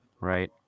Right